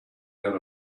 out